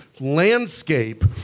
landscape